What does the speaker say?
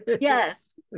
Yes